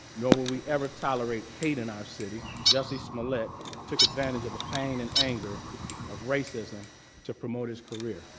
nor will we ever tolerate hate in our city. jussie smollett took advantage of the pain and anger of racism to promote his career.